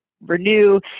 renew